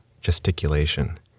gesticulation